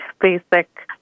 basic